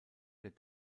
der